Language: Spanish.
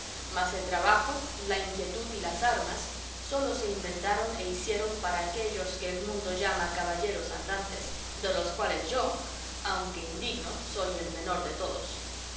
mas el trabajo la inquietud y las armas sólo se inventaron e hicieron para aquellos que el mundo llama caballeros andantes de los cuales yo aunque indigno soy el menor de todos